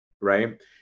Right